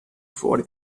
fuori